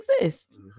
exist